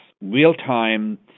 real-time